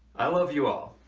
i love you all.